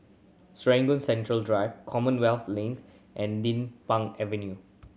Serangoon Central Drive Commonwealth Link and Din Pang Avenue